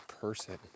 person